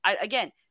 Again